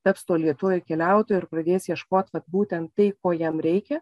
taps tuo lėtuoju keliautoju ir pradės ieškot vat būtent tai ko jam reikia